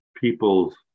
people's